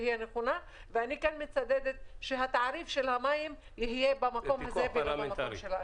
אני מצדדת בכך שהתעריף של המים יהיה במקום הזה ולא במקום של האחר.